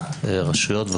רשויות,